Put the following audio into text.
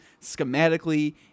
schematically